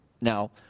Now